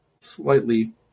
slightly